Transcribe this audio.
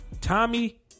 Tommy